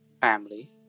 family